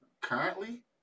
Currently